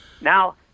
Now